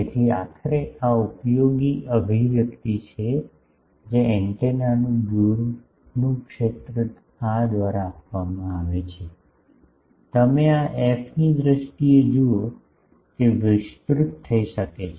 તેથી આખરે આ ઉપયોગી અભિવ્યક્તિ છે જે એન્ટેનાનું દૂરનું ક્ષેત્ર આ દ્વારા આપવામાં આવે છે તમે આ એફની દ્રષ્ટિથી જુઓ તે વિસ્તૃત થઈ શકે છે